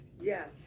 yes